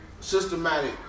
Systematic